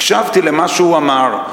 הקשבתי למה שהוא אמר.